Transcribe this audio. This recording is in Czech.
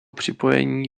připojení